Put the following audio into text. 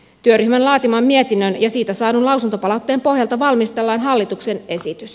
työryhmän laatiman mietinnön ja siitä saadun lausuntopalautteen pohjalta valmistellaan hallituksen esitys